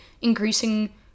increasing